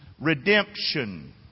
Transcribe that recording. Redemption